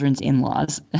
in-laws